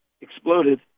exploded